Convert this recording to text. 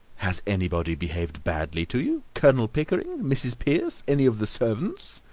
has anybody behaved badly to you? colonel pickering? mrs. pearce? any of the servants?